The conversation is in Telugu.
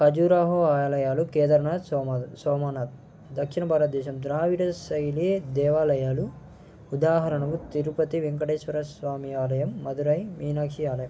ఖజురహో ఆలయాలు కేదర్నాథ్ సోమ సోమానాథ్ దక్షిణ భారతదేశం ద్రావిడ శైలి దేవాలయాలు ఉదాహరణకు తిరుపతి వెంకటేశ్వర స్వామి ఆలయం మధురై మీనాక్షి ఆలయం